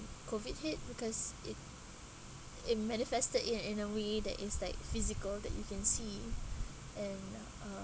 COVID hit because it it manifested it in a way that is like physical that you can see and uh uh